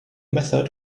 method